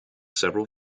several